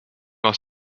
aus